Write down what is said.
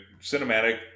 cinematic